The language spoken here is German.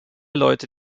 leute